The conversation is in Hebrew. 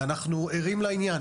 אנחנו ערים לעניין.